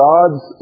God's